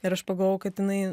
ir aš pagalvojau kad jinai